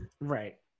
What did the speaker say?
right